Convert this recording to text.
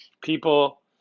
people